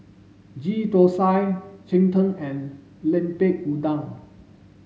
Ghee Thosai Cheng Tng and Lemper Udang